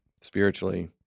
spiritually